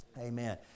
Amen